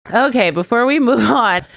ok. before we move hot,